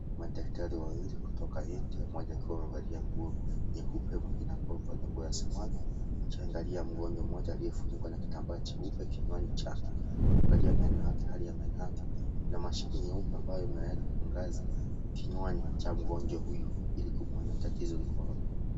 Madaktari wawili kutoka India, mmoja akiwa amevalia nguo nyeupe mwingine akiwa amevalia nguo ya samau, wakiangalia mgonjwa mmoja aliyefungwa na kitambaa cheupe kinywani chake. Kuangalia hali ya meno yake, kuna mashine ambayo imeweka mwangaza kinywani cha mgonjwa huyu Ili kumwona tatizo liko wapi.